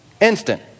instant